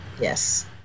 Yes